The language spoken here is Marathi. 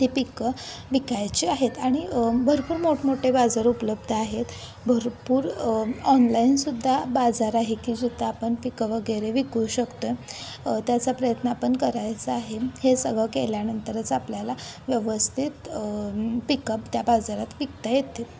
ते पिकं विकायचे आहेत आणि भरपूर मोठमोठे बाजार उपलब्ध आहेत भरपूर ऑनलाईनसुद्धा बाजार आहे की जिथं आपण पिकं वगैरे विकू शकतो आहे त्याचा प्रयत्न आपण करायचा आहे हे सगळं केल्यानंतरच आपल्याला व्यवस्थित पिकं त्या बाजारात विकता येते